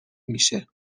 میشه